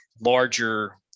larger